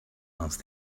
asked